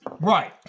Right